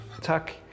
tuck